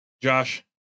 Josh